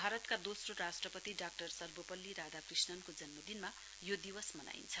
भारतका दोस्रो राष्ट्रपति डाक्टर सर्वोपल्ली राधाकृष्णनको जन्मदिनमा यो दिवस मनाइन्छ